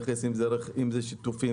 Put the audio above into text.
אם זה שיתופי,